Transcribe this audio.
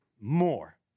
more